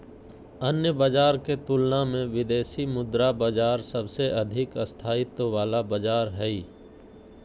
अन्य बाजार के तुलना मे विदेशी मुद्रा बाजार सबसे अधिक स्थायित्व वाला बाजार हय